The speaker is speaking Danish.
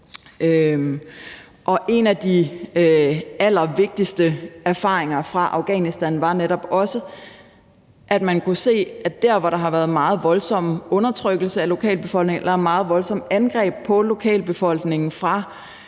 en af de allervigtigste erfaringer fra Afghanistan var netop også, at man kunne se, at der, hvor der har været en meget voldsom undertrykkelse af lokalbefolkningen eller meget voldsomme angreb på lokalbefolkningen fra